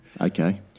okay